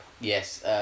Yes